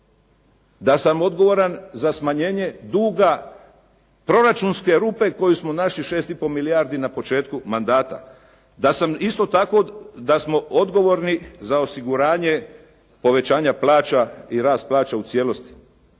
da sam odgovoran za smanjenje duga proračunske rupe koju smo našli 6,5 milijardi na početku mandata, da sam isto tako, da smo odgovorni za osiguranje povećanja plaća i rast plaća u cijelosti.